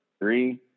Three